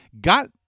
got